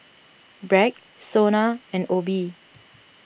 Bragg Sona and Obey